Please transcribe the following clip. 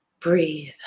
Breathe